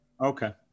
Okay